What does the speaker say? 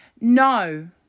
No